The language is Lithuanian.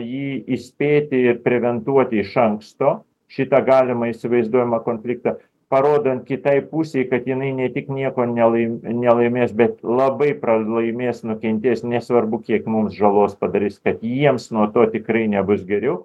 jį įspėti ir priventuoti iš anksto šitą galima įsivaizduojamą konfliktą parodan kitai pusei kad jinai ne tik nieko nelaim nelaimės bet labai pralaimės nukentės nesvarbu kiek mums žalos padarys kad jiems nuo to tikrai nebus geriau